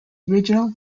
original